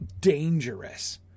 dangerous